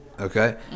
okay